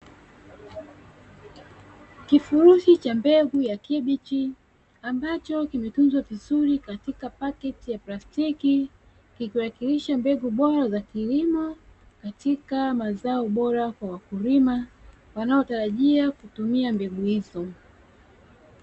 Kifurushi cha mbegu ya kabichi ambacho kimetunzwa vizuri katika paketi ya plastiki, kikiwakilisha mbegu bora za kilimo katika mazao bora kwa wakulima, wanaotarajia kutumia mbegu hizo.